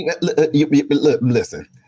Listen